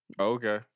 Okay